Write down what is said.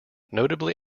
notably